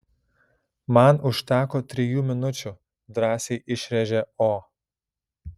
man užteko trijų minučių drąsiai išrėžė o